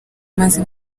maze